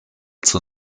zur